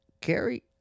Carrie